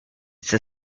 the